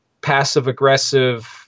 passive-aggressive